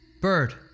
Bird